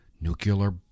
nuclear